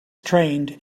trained